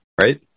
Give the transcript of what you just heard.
right